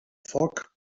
foc